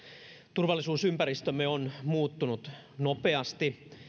turvallisuusympäristömme on muuttunut nopeasti